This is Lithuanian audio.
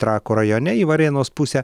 trakų rajone į varėnos pusę